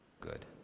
good